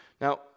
Now